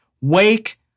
Wake